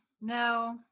no